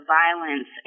violence